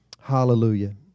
Hallelujah